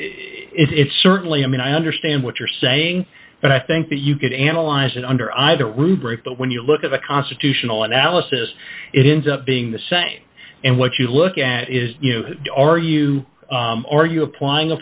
it's a it's certainly i mean i understand what you're saying but i think that you could analyze it under either rubric but when you look at the constitutional analysis it is up being the same and what you look at is you know are you are you applying a